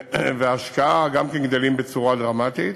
וההשקעה גם כן גדלים בצורה דרמטית.